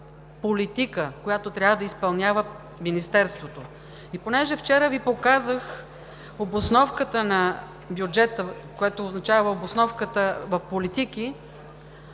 политика, която трябва да изпълнява Министерството. Понеже вчера Ви показах обосновката на бюджета, което означава обосновката в политики,